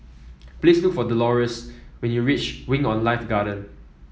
please look for Dolores when you reach Wing On Life Garden